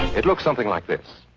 it looks something like this